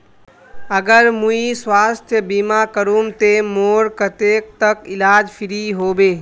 अगर मुई स्वास्थ्य बीमा करूम ते मोर कतेक तक इलाज फ्री होबे?